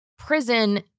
prison